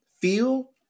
feel